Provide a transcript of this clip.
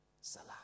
Salah